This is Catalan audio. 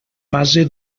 fase